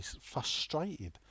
frustrated